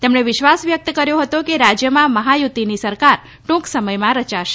તેમણે વિશ્વાસ વ્યક્ત કર્યો હતો કે રાજ્યમાં મહાયુતિની સરકાર ટ્રંક સમયમાં રચાશે